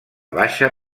baixa